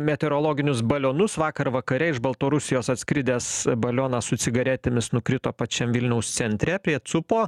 meteorologinius balionus vakar vakare iš baltarusijos atskridęs balionas su cigaretėmis nukrito pačiam vilniaus centre prie cupo